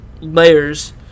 layers